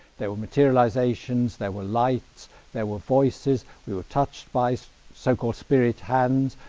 there were materializations there were lights there were voices we were touched by so-called spirit hands.